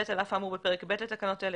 על אף האמור בפרק א' לתקנות אלה,